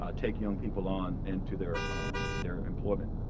ah take young people on into their their employment.